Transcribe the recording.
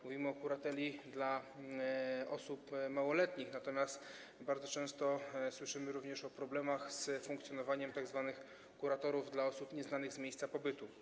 Mówimy o kurateli dla osób małoletnich, natomiast bardzo często słyszymy również o problemach z funkcjonowaniem tzw. kuratorów dla osób nieznanych z miejsca pobytu.